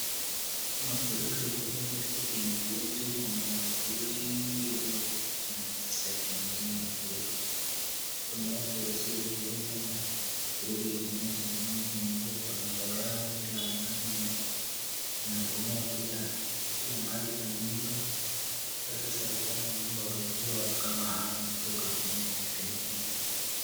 Mafuriko yakinyesha katika nchi yetu kuna watu wengi wa ndugu zetu wanateseka na hiyo mafuriko. Kuna watu wasiojiweza na mvua ikinyesha na maji inaingia kwa nyumba yao kila mahali inabomoa kila mahali kwa nyumba. Sasa serikali naomba waangalie watu kama hao mafuriko ikinyesha katika nchi hii.